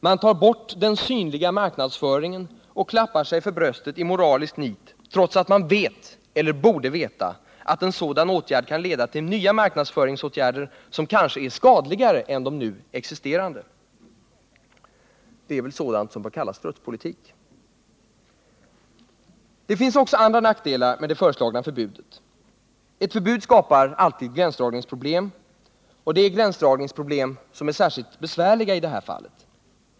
Man tar bort den synliga marknadsföringen och klappar sig för bröstet i moraliskt nit, trots att man vet — eller borde veta — att en sådan åtgärd kan leda till nya marknadsföringsåtgärder, som kanske är skadligare än de nu existerande. Det är väl sådant som kallas strutspolitik. Det finns också andra nackdelar med det föreslagna förbudet. Ett förbud skapar alltid gränsdragningsproblem, och det är problem som är särskilt besvärliga i det här fallet.